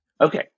Okay